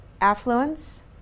affluence